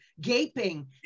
gaping